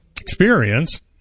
experience